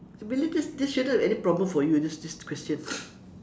I believe this this shouldn't be any problem for you this this question